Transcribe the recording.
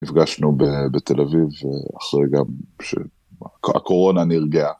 נפגשנו בתל אביב אחרי גם שהקורונה נרגעה.